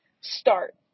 start